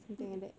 mm mm